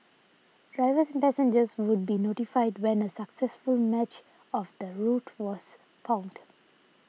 drivers and passengers would be notified when a successful match of the route was found